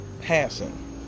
passing